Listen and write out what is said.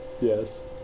Yes